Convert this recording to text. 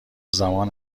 زمان